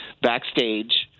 Backstage